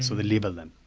so they label them.